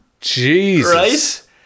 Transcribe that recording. Jesus